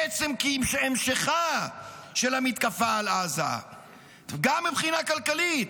עצם המשכה של המתקפה על עזה גם מבחינה כלכלית.